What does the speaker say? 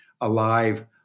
alive